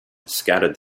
scattered